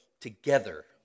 together